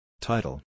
Title